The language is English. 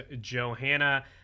Johanna